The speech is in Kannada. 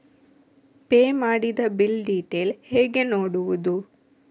ಪೇ ಮಾಡಿದ ಬಿಲ್ ಡೀಟೇಲ್ ಹೇಗೆ ನೋಡುವುದು?